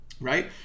Right